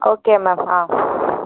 okay ma'am ah